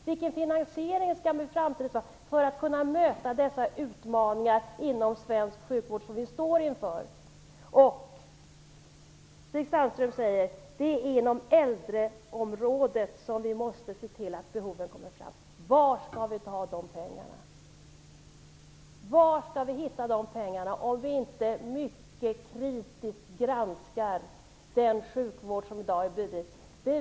Vilken finansiering skall vi ha i framtiden för att kunna möta dessa utmaningar som vi står inför inom svensk sjukvård. Stig Sandström säger att det är inom äldrevården som vi måste se till att behoven kommer fram. Varifrån skall vi ta pengarna? Var skall vi hitta pengarna, om vi inte mycket kritiskt granskar den sjukvård som vi har i dag.